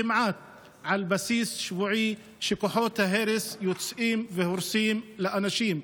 כמעט על בסיס שבועי כוחות ההרס יוצאים והורסים לאנשים.